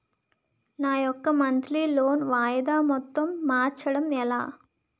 నా యెక్క monthly loan వాయిదా మొత్తం మార్చడం ఎలా?